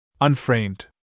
unframed